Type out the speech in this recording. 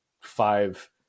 five